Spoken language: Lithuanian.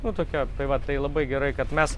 nu tokia tai va tai labai gerai kad mes